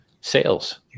sales